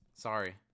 sorry